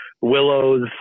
willows